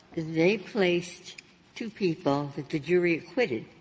they placed two people that the jury acquitted